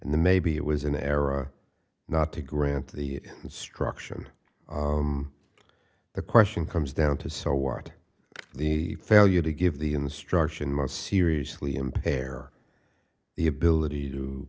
and the maybe it was an error not to grant the instruction the question comes down to so what the failure to give the instruction might seriously impair the ability to